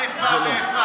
מה האיפה ואיפה?